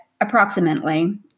approximately